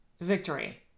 victory